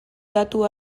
datu